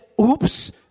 oops